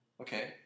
Okay